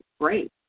Great